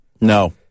no